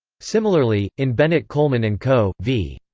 similarly, in bennett coleman and co. v.